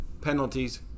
penalties